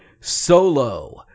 Solo